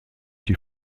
die